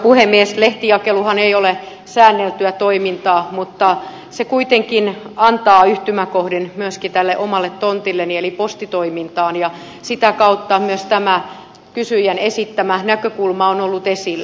lehtijakeluhan ei ole säänneltyä toimintaa mutta se kuitenkin antaa yhtymäkohdan myöskin tälle omalle tontilleni eli postitoimintaan ja sitä kautta myös tämä kysyjän esittämä näkökulma on ollut esillä